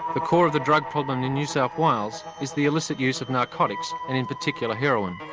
the core of the drug problem in new south wales is the illicit use of narcotics, and in particular, heroin.